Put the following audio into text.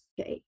okay